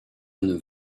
neuf